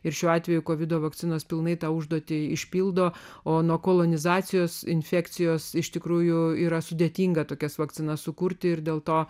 ir šiuo atveju kovido vakcinos pilnai tą užduotį išpildo o nuo kolonizacijos infekcijos iš tikrųjų yra sudėtinga tokias vakciną sukurti ir dėl to